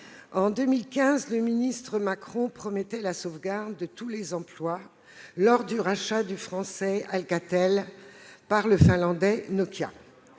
en 2015, le ministre Macron promettait la sauvegarde de tous les emplois lors du rachat du français Alcatel par le finlandais Nokia.